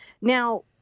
Now